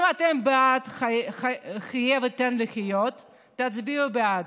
אם אתם בעד "חיה ותן לחיות", תצביעו בעד,